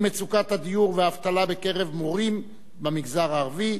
מצוקת הדיור והאבטלה בקרב מורים במגזר הערבי.